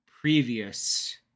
previous